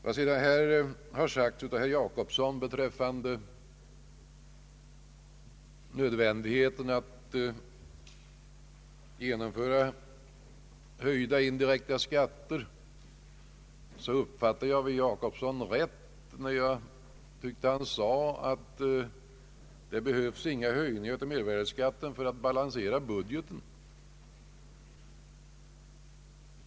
Beträffande det herr Gösta Jacobsson yttrade om nödvändigheten av att genomföra höjda indirekta skatter så uppfattade jag väl honom rätt när jag tyckte att han sade att det inte behövs någon höjning av mervärdeskatten för att balansera budgeten.